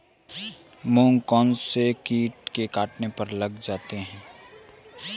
मूंग कौनसे कीट के कारण कटने लग जाते हैं?